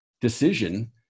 decision